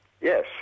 Yes